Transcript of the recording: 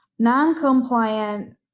Non-compliant